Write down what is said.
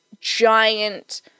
giant